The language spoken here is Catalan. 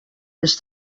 més